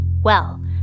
Well